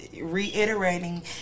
reiterating